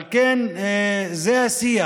על כן, זה השיח,